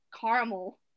caramel